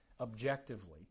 objectively